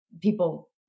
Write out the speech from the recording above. people